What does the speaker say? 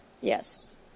Yes